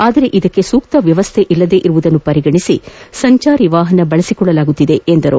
ಆದರೆ ಇದಕ್ಕೆ ಸೂಕ್ತ ವ್ಯವಸ್ಥೆ ಇಲ್ಲದಿರುವುದನ್ನು ಪರಿಗಣಿಸಿ ಸಂಚಾರಿ ವಾಹನ ಬಳಸಿಕೊಳ್ಳಲಾಗುತ್ತಿದೆ ಎಂದರು